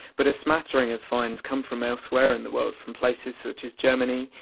but a smattering of finds come from elsewhere in the world, from places such as germany,